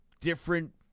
different